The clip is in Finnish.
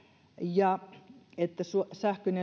ja että sähkön